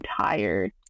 tired